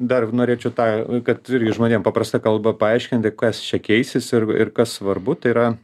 dar norėčiau tą kad irgi žmonėm paprasta kalba paaiškinti kas čia keisis ir ir kas svarbu tai yra